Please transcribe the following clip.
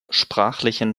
sprachlichen